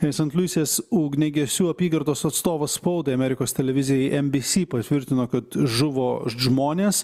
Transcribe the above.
ir sant liuisės ugniagesių apygardos atstovas spaudai amerikos televizijai embysy patvirtino kad žuvo žmonės